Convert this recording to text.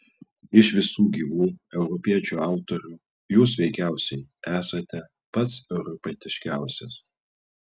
iš visų gyvų europiečių autorių jūs veikiausiai esate pats europietiškiausias